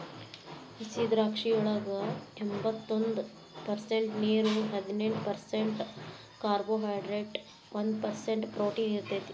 ಹಸಿದ್ರಾಕ್ಷಿಯೊಳಗ ಎಂಬತ್ತೊಂದ ಪರ್ಸೆಂಟ್ ನೇರು, ಹದಿನೆಂಟ್ ಪರ್ಸೆಂಟ್ ಕಾರ್ಬೋಹೈಡ್ರೇಟ್ ಒಂದ್ ಪರ್ಸೆಂಟ್ ಪ್ರೊಟೇನ್ ಇರತೇತಿ